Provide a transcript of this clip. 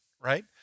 right